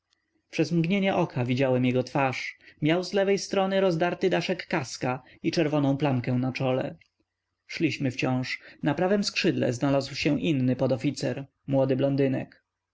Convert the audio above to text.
przez mgnienie oka widziałem jego twarz miał z lewej strony rozdarty daszek kaska i czerwoną plamkę na czole szliśmy wciąż na prawem skrzydle znalazł się inny podoficer młody blondynek